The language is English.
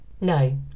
No